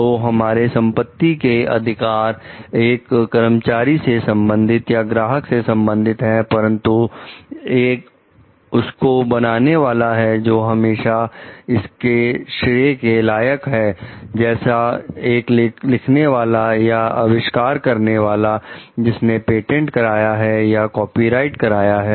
तो हमारे संपत्ति के अधिकार एक कर्मचारी से संबंधित या ग्राहक से संबंधित हैं परंतु एक उसको बनाने वाला है जो हमेशा इसके श्रेय के लायक है जैसे एक लिखने वाला या अविष्कार करने वाला जिसने पेटेंट कराया है या कॉपीराइट कराया है